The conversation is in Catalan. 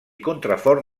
contrafort